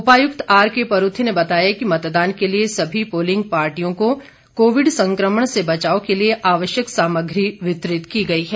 उपायुक्त आरके परूथी ने बताया कि मतदान के लिए सभी पोलिंग पार्टी को कोविड संक्रमण से बचाव के लिए आवश्यक सामग्री वितरित की गई है